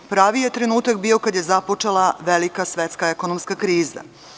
Pravi je trenutak bio kada započela velika svetska ekonomska kriza.